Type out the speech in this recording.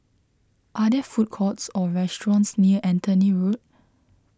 are there food courts or restaurants near Anthony Road